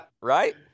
right